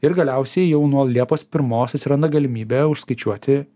ir galiausiai jau nuo liepos pirmos atsiranda galimybė užskaičiuoti